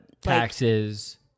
taxes